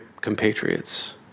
compatriots